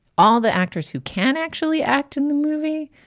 all the actors who can actually act in the movie.